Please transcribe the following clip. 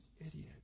idiot